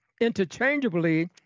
interchangeably